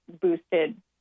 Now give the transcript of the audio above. boosted